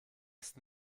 ist